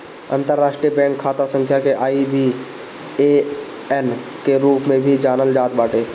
अंतरराष्ट्रीय बैंक खाता संख्या के आई.बी.ए.एन के रूप में भी जानल जात बाटे